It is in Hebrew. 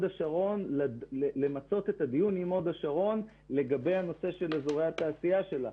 השרון ולמצות את הדיון עם הוד השרון לגבי הנושא של אזורי התעשייה שלה.